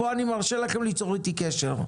פה אני מרשה לכם ליצור איתי קשר.